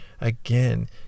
again